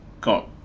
got